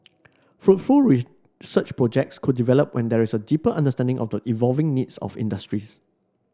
fruitful research projects could develop when there is a deeper understanding of the evolving needs of industries